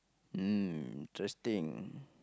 mm interesting